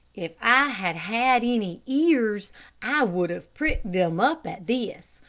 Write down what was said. if i had had any ears i would have pricked them up at this,